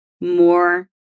more